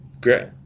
Great